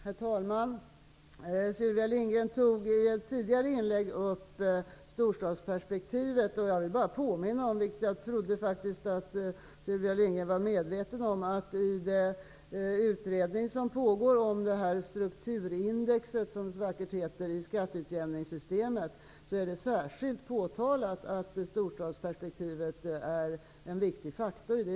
Herr talman! Sylvia Lindgren tog i ett tidigare inlägg upp storstadsperspektivet. Jag vill bara påminna om något som jag faktiskt trodde att Sylvia Lindgren var medveten om, att i det utredningsarbete som pågår om strukturindexet, som det så vackert heter, i skatteutjämningssystemet är det särskilt påtalat att storstadsperspektivet är en viktig faktor.